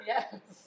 Yes